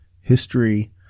history